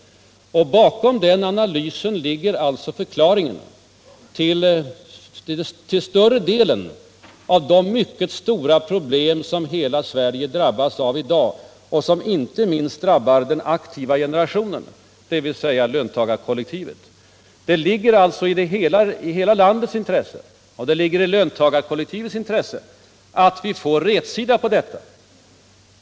Bakom den analysen ligger alltså till större delen förklaringen till de mycket stora problem som hela Sverige har drabbats av i dag och som inte minst drabbar den aktiva generationen, dvs. löntagarkollektivet. Därför ligger det också i hela landets och i hela löntagarkollektivets intresse att vi får rätsida på detta.